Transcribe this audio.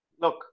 look